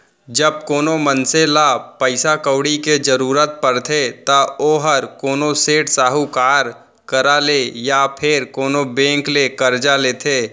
जब कोनो मनसे ल पइसा कउड़ी के जरूरत परथे त ओहर कोनो सेठ, साहूकार करा ले या फेर कोनो बेंक ले करजा लेथे